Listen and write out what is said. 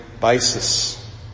basis